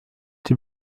die